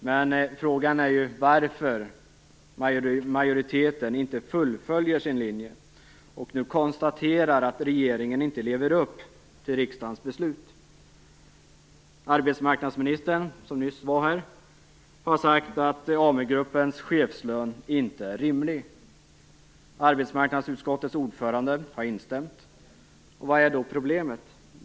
Men frågan är ju varför majoriteten inte fullföljer sin linje och nu konstaterar att regeringen inte lever upp till riksdagens beslut. Arbetsmarknadsministern, som nyss var här, har sagt att Amu-gruppens chefslön inte är rimlig. Arbetsmarknadsutskottets ordförande har instämt. Vad är då problemet?